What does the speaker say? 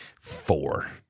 four